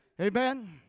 Amen